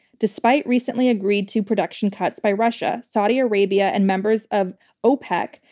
despite recently agreed to production cuts by russia, saudi arabia and members of opec,